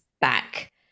back